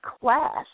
class